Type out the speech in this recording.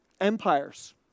empires